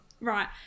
right